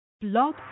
Blog